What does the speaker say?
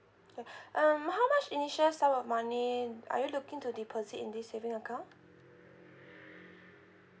um how much initial sum of money are you looking to deposit in this saving account